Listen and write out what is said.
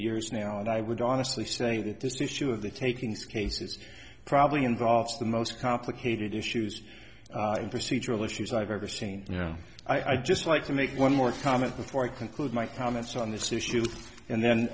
years now and i would honestly say that this issue of the taking scase is probably involves the most complicated issues procedural issues i've ever seen i just like to make one more comment before i conclude my comments on this issue and